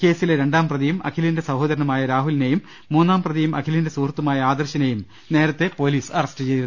കേസിലെ രണ്ടാം പ്രതിയും അഖി ലിന്റെ സഹോദരനുമായ രാഹുലിനെയും മൂന്നാം പ്രതിയും അഖിലിന്റെ സുഹൃത്തുമായ ആദർശിനേയും നേരത്തെ പൊലീസ് അറസ്റ്റ് ചെയ്തിരുന്നു